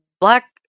black